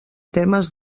temes